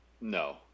no